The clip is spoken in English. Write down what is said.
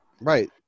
Right